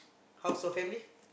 how's your family